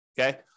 okay